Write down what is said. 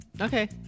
Okay